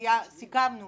סיכמנו